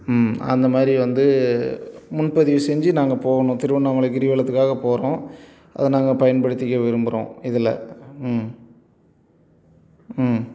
ம் அந்தமாதிரி வந்து முன்பதிவு செஞ்சு நாங்கள் போகணும் திருவண்ணாமலை கிரிவலத்துக்காக போகிறோம் அதை நாங்கள் பயன்படுத்திக்க விரும்புகிறோம் இதில் ம் ம்